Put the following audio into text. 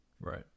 Right